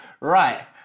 Right